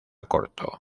corto